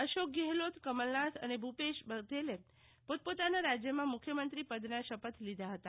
અશોક ગેહલોક કમલનાથ અને ભૂપેશ બધેલે પોતપોતાના રાજ્યમાંમુખ્યમંત્રીપદના શપત લીધા હતા